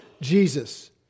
Jesus